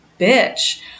bitch